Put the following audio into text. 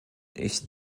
ich